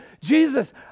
Jesus